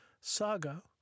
Saga